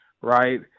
right